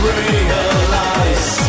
realize